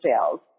sales